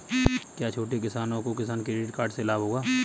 क्या छोटे किसानों को किसान क्रेडिट कार्ड से लाभ होगा?